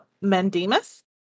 mandamus